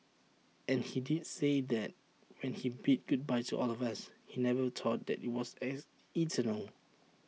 and he did say that when he bid goodbye to all of us he never thought that IT was ex eternal